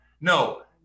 No